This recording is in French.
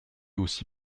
aussi